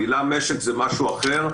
המילה "משק" היא משהו אחר.